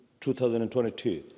2022